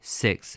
six